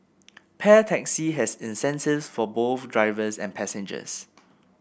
Pair Taxi has incentives for both drivers and passengers